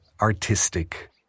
artistic